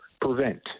prevent